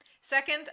Second